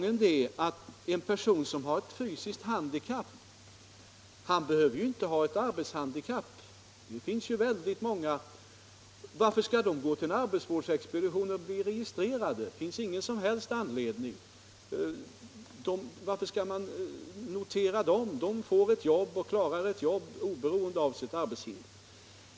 En person som har ett fysiskt handikapp behöver ju inte ha ett arbetshandikapp. Det finns väldigt många sådana personer. Varför skall de gå till arbetsvårdsexpeditionen och bli registrerade? Det finns ingen som helst anledning. De får ett jobb och klarar det oberoende av sitt handikapp.